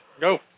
Go